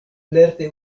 lerte